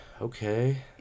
okay